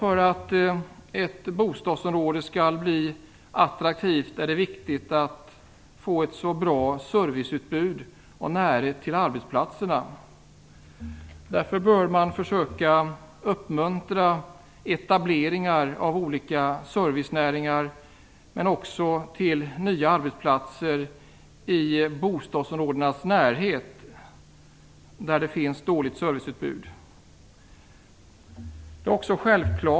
För att ett bostadsområde skall bli attraktivt är det viktigt med ett bra serviceutbud och närhet till arbetsplatserna. Därför bör man försöka uppmuntra etableringar av olika servicenäringar men också nya arbetsplatser i bostadsområdenas närhet där det finns dåligt serviceutbud.